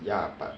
ya but